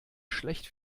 schlecht